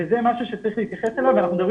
וזה משהו שצריך להתייחס אליו ואנחנו מדברים